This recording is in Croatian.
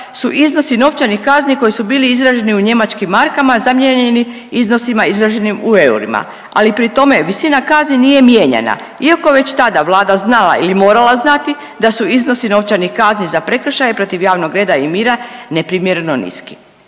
su iznosi novčanih kazni koji su bili izraženi u njemačkim markama zamijenjeni iznosima izraženim u eurima, ali pri tome visina kazni nije mijenjana. Iako je već tada Vlada znala ili morala znati da su iznosi novčanih kazni za prekršaje protiv javnog reda i mira neprimjereno niski.